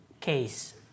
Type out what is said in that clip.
case